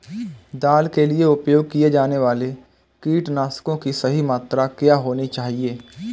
दाल के लिए उपयोग किए जाने वाले कीटनाशकों की सही मात्रा क्या होनी चाहिए?